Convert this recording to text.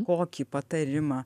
kokį patarimą